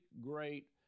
great